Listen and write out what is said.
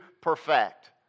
perfect